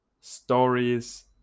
stories